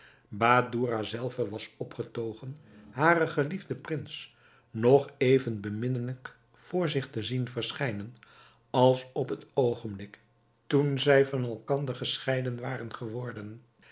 badoura zelve was opgetogen haren geliefden prins nog even beminnelijk voor zich te zien verschijnen als op het oogenblik toen zij van elkander gescheiden waren geworden